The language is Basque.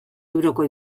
euroko